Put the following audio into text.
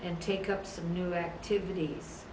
and take up some new activities